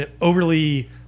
overly